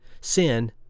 Sin